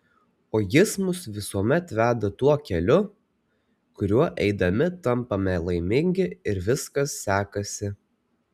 o jis mus visuomet veda tuo keliu kuriuo eidami tampame laimingi ir viskas sekasi